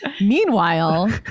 Meanwhile